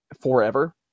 forever